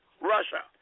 Russia